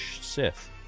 Sith